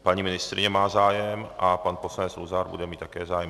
Paní ministryně má zájem a pan poslanec Luzar bude mít také zájem?